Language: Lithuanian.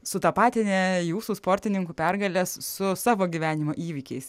sutapatinę jūsų sportininkų pergales su savo gyvenimo įvykiais